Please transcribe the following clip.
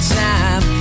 time